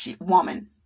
woman